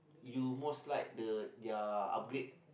you most like the their upgrade